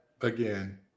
again